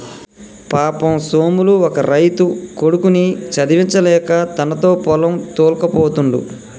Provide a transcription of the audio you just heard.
పాపం సోములు బక్క రైతు కొడుకుని చదివించలేక తనతో పొలం తోల్కపోతుండు